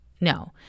No